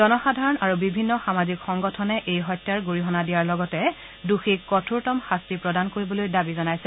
জনসাধাৰণ আৰু বিভিন্ন সামাজিক সংগঠনে এই হত্যাৰ গৰিহণা দিয়াৰ লগতে দোষীক কঠোৰ শাস্তি প্ৰদান কৰিবলৈ দাবী জনাইছে